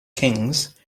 kings